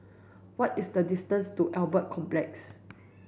what is the distance to Albert Complex